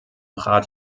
rat